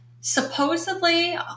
Supposedly